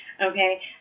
Okay